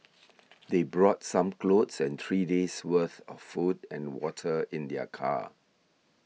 they brought some clothes and three days' worth of food and water in their car